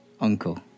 Uncle